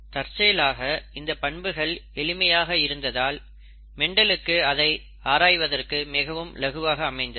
தற்செயலாக இந்த பண்புகள் எளிமையாக இருந்ததால் மெண்டலுக்கு அதை ஆராய்வதற்கு மிகவும் இலகுவாக அமைந்தது